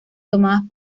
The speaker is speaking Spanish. tomadas